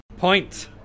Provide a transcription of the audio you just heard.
point